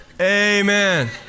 amen